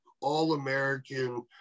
all-american